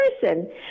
person